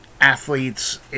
athletes